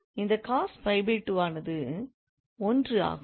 இந்த ஆனது 1 ஆகும்